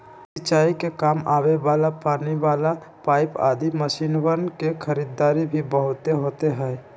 सिंचाई के काम आवे वाला पानी वाला पाईप आदि मशीनवन के खरीदारी भी बहुत होते हई